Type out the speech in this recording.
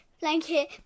blanket